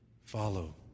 follow